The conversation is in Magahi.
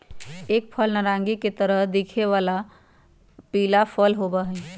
एक फल नारंगी के तरह दिखे वाला पीला फल होबा हई